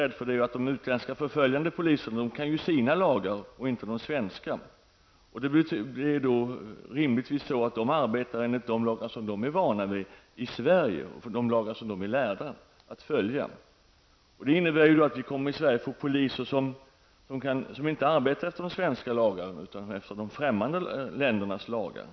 De utländska förföljande poliserna går efter sina lagar och inte efter de svenska. Dessa poliser kommer alltså att arbeta i Sverige efter de lagar som de är vana vid och lärda att följa. Det innebär att vi kommer att få poliser i Sverige som inte arbetar efter svenska lagar utan efter främmande länders lagar.